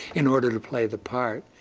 in order to play the part.